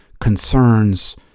concerns